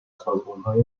سازمانهای